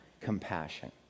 compassion